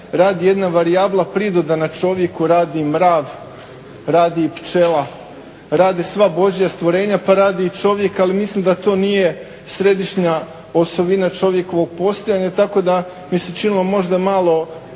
Rad je jedna varijabla pridodana čovjeku, radi i mrav, radi i pčela, rade sva Božja stvorenja pa radi i čovjek. Ali mislim da to nije središnja osovina čovjekovog postojanja. Tako da mi se činilo možda malo